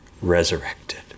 resurrected